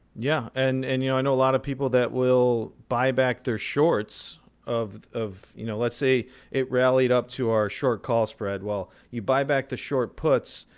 yeah, and and you know i know a lot of people that will buy back their shorts of of you know let's say it rallied up to our short call spread. well, you buy back the short puts,